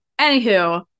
Anywho